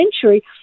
century